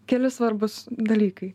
keli svarbūs dalykai